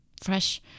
fresh